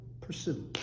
pursue